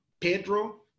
Pedro